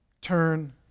turn